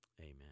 Amen